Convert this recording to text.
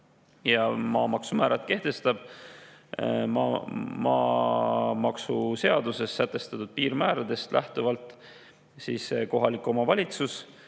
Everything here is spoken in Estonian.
Maamaksumäärad kehtestab maamaksuseaduses sätestatud piirmääradest lähtuvalt kohalik omavalitsus